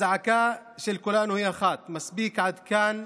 הזעקה של כולנו היא אחת: מספיק, עד כאן.